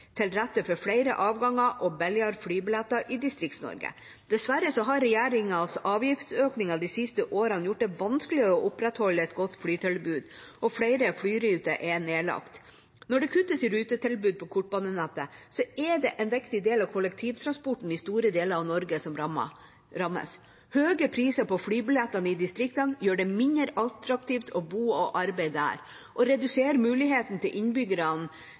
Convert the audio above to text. til rette for flere avganger og billigere flybilletter i Distrikts-Norge. Dessverre har regjeringas avgiftsøkninger de siste årene gjort det vanskeligere å opprettholde et godt flytilbud, og flere flyruter er nedlagt. Når det kuttes i rutetilbudet på kortbanenettet, er det en viktig del av kollektivtransporten i store deler av Norge som rammes. Høye priser på flybilletter i distriktene gjør det mindre attraktivt å bo og arbeide der og reduserer muligheten innbyggerne der har til